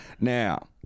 Now